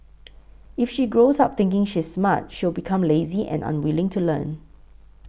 if she grows up thinking she's smart she'll become lazy and unwilling to learn